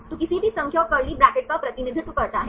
तो किसी भी संख्या और कर्ली ब्रैकेट का प्रतिनिधित्व करता है